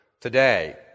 today